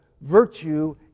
virtue